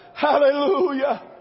Hallelujah